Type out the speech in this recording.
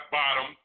bottom